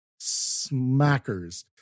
smackers